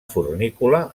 fornícula